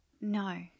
No